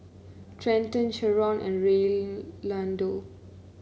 Trenton Sherron and Reynaldo